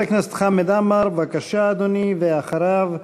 חבר הכנסת חמד עמאר, בבקשה, אדוני, ואחריו,